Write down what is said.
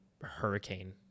hurricane